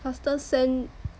faster send